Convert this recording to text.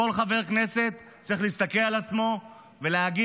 כל חבר כנסת צריך להסתכל על עצמו ולהגיד: